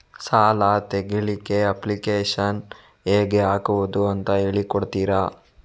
ಸಾಲ ತೆಗಿಲಿಕ್ಕೆ ಅಪ್ಲಿಕೇಶನ್ ಹೇಗೆ ಹಾಕುದು ಅಂತ ಹೇಳಿಕೊಡ್ತೀರಾ?